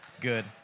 Good